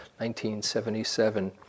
1977